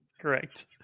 Correct